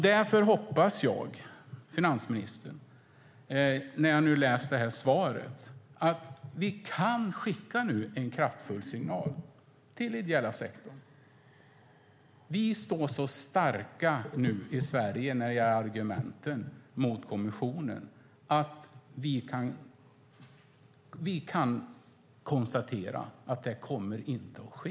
Därför, finansministern, hoppas jag, när jag nu har läst det här svaret, att vi kan skicka en signal till den ideella sektorn: Vi står så starka i Sverige när det gäller argumenten mot kommissionen att vi kan konstatera att detta inte kommer att ske.